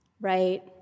right